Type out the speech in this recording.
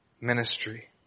ministry